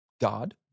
God